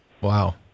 Wow